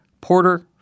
Porter